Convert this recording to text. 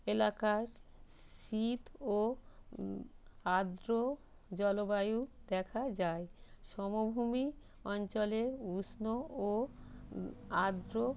এলাকা শ শীত ও আর্দ্র জলবায়ু দেখা যায় সমভূমি অঞ্চলে উষ্ণ ও আর্দ্র